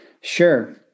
Sure